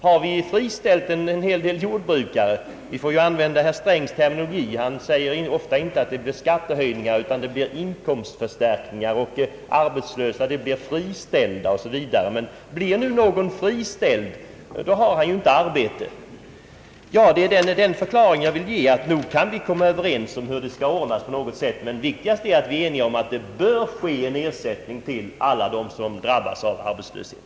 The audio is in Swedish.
Har vi friställt en jordbrukare och han inte kan beredas arbete så bör han kompenseras. Jag använder herr Strängs terminologi. Han talar inte om skattehöjningar utan om inkomstförstärkningar, inte om arbetslösa utom om friställda o. s. v. Blir någon friställd så har han inte något arbete. Det är den förklaring jag vill ge. Nog kan vi komma överens om hur det skall ordnas, men viktigast är att vi är eniga om att det bör lämnas en ersättning till alla dem som drabbas av arbetslöshet.